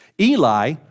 Eli